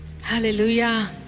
Hallelujah